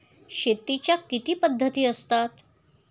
शेतीच्या किती पद्धती असतात?